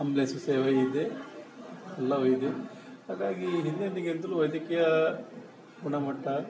ambulance ಸೇವೆ ಇದೆ ಎಲ್ಲವೂ ಇದೆ ಹಾಗಾಗಿ ಹಿಂದೆಂದಿಗಿಂತಲೂ ಅದಿಕಾ ಗುಣಮಟ್ಟ